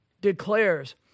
declares